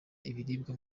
ibiribwa